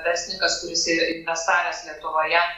verslininkas kuris yra insvestavęs lietuvoje